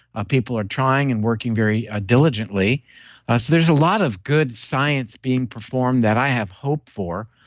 ah people are trying and working very ah diligently so there's a lot of good science being performed that i have hope for.